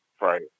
right